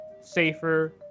safer